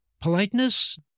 politeness